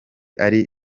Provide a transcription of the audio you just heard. ari